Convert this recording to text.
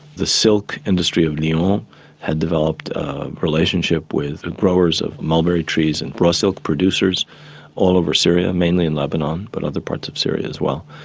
the silk industry of lyon um had developed a relationship with and growers of mulberry trees and raw silk produces all over syria, mainly in lebanon but other parts of syria as well.